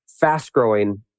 fast-growing